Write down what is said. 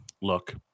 look